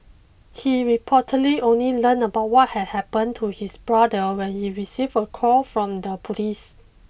he reportedly only learned about what had happened to his brother when he received a call from the police